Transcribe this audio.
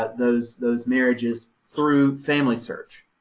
those those marriages through familysearch